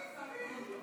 יוסי שריד.